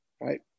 right